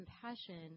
compassion